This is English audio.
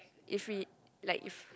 if we like